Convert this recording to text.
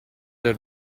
del